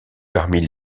parmi